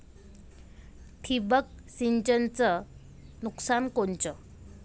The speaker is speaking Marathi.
ठिबक सिंचनचं नुकसान कोनचं?